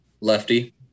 Lefty